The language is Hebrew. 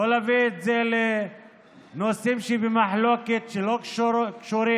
לא להביא את זה לנושאים שבמחלוקת שלא קשורים